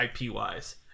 IP-wise